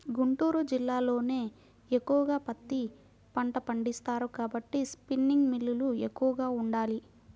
గుంటూరు జిల్లాలోనే ఎక్కువగా పత్తి పంట పండిస్తారు కాబట్టి స్పిన్నింగ్ మిల్లులు ఎక్కువగా ఉండాలి